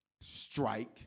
Strike